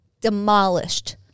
demolished